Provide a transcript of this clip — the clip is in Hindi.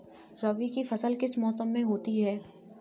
रबी की फसल किस मौसम में होती है?